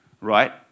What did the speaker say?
right